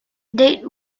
date